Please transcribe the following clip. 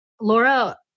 Laura